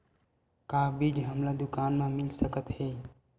का बीज हमला दुकान म मिल सकत हे?